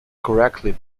correctly